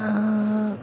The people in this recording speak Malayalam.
ആ